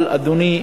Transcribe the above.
אבל, אדוני,